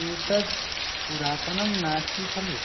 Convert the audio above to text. एतद् पुरातनं नास्ति खलु